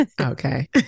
Okay